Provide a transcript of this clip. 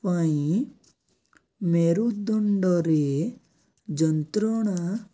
ପାଇଁ ମେରୁଦଣ୍ଡରେ ଯନ୍ତ୍ରଣା